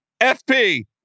FP